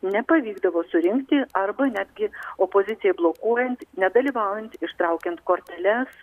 nepavykdavo surinkti arba netgi opozicijai blokuojant nedalyvaujant ištraukiant korteles